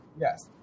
Yes